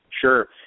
Sure